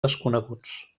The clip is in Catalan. desconeguts